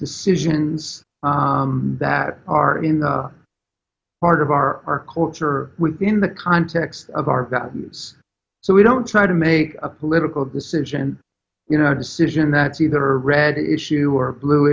decisions that are in the part of our culture within the context of our values so we don't try to make a political decision you know decision that's either red issue or blue